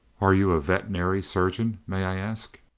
are you a veterinary surgeon, may i ask?